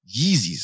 Yeezys